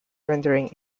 rendering